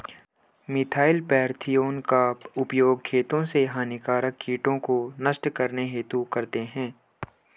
methyl parathion का उपयोग खेतों से हानिकारक कीटों को नष्ट करने हेतु करते है